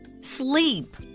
Sleep